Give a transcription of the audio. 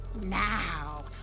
Now